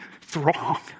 throng